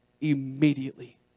immediately